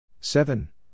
seven